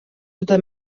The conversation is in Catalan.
tota